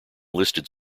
listed